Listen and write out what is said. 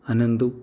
Anandu